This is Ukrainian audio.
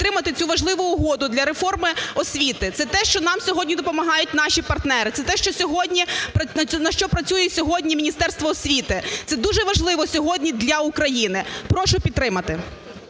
підтримати цю важливу угоду для реформи освіти, це те, що нам сьогодні допомагають наші партнери, це те, на що працює сьогодні Міністерство освіти, це дуже важливо сьогодні для України. Прошу підтримати.